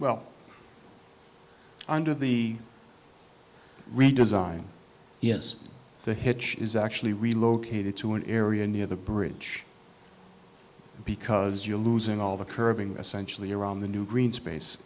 well under the redesign yes the hitch is actually relocated to an area near the bridge because you're losing all the curbing essentially around the new green space